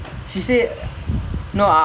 wait they can know we don't have anything